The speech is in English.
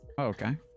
Okay